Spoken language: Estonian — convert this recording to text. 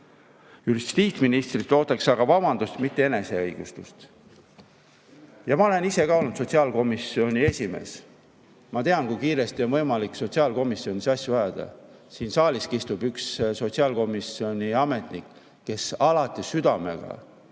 Justiitsministrilt ootaks aga vabandust, mitte eneseõigustust. Ma olen ise ka olnud sotsiaalkomisjoni esimees. Ma tean, kui kiiresti on võimalik sotsiaalkomisjonis asju ajada. Siin saaliski istub üks sotsiaalkomisjoni ametnik, kes alati südamega,